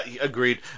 agreed